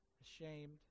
ashamed